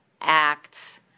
acts